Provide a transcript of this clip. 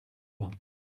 bains